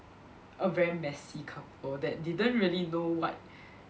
a very messy couple that didn't really know what